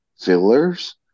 fillers